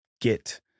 get